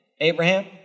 Abraham